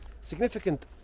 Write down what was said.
Significant